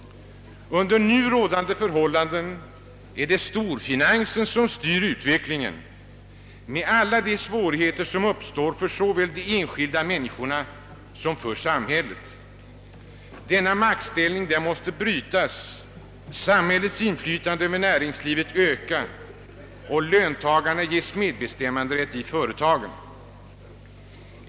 Under nu rådande förhållanden är det storfinansen som styr utvecklingen med alla de svårigheter som uppstår för såväl de enskilda människorna som för samhället. Denna maktställning måste brytas, samhällets inflytande över näringslivet öka och löntagarna ges medbestämmanderätt i företagen.